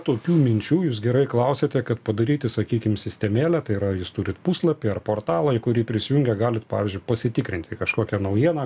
tokių minčių jūs gerai klausiate kad padaryti sakykim sistemėlę tai yra jūs turit puslapį ar portalą į kurį prisijungę galit pavyzdžiui pasitikrinti kažkokią naujieną